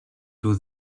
του